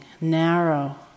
narrow